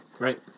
Right